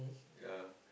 yea